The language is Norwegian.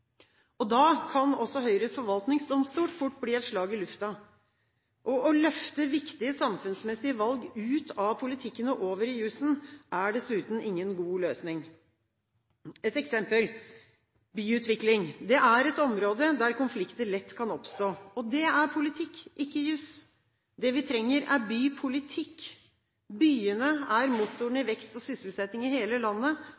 Da kan også Høyres forvaltningsdomstol fort bli et slag i lufta. Å løfte viktige samfunnsmessige valg ut av politikken og over i jussen er dessuten ingen god løsning. La meg ta et eksempel. Byutvikling er et område der konflikter lett kan oppstå. Det er politikk, ikke juss. Det vi trenger, er bypolitikk. Byene er motorene i vekst og sysselsetting i hele landet